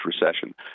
recession